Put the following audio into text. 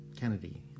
Kennedy